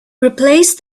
replace